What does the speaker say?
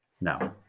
No